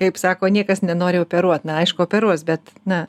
kaip sako niekas nenori operuot na aišku operuos bet na